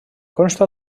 consta